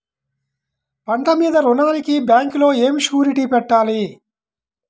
పంట మీద రుణానికి బ్యాంకులో ఏమి షూరిటీ పెట్టాలి?